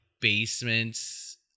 basements